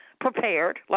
prepared